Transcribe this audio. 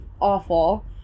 awful